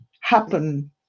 happen